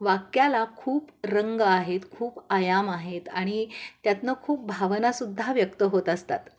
वाक्याला खूप रंग आहेत खूप आयाम आहेत आणि त्यातनं खूप भावनासुद्धा व्यक्त होत असतात